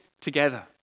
together